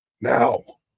now